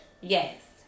Yes